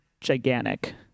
gigantic